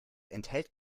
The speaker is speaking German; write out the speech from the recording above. enthält